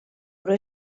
però